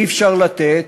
אי-אפשר לתת,